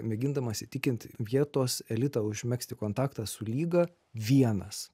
mėgindamas įtikint vietos elitą užmegzti kontaktą su lyga vienas